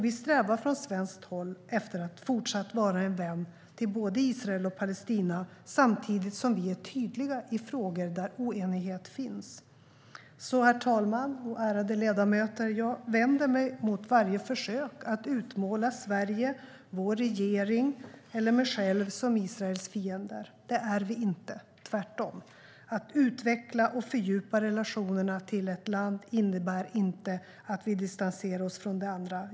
Vi strävar från svenskt håll efter att fortsatt vara en vän till både Israel och Palestina, samtidigt som vi är tydliga i frågor där oenighet finns. Herr talman! Ärade ledamöter! Jag vänder mig mot varje försök att utmåla Sverige, vår regering eller mig själv som Israels fiender. Det är vi inte, tvärtom. Att utveckla och fördjupa relationerna till ett land innebär inte att vi distanserar oss från det andra.